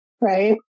right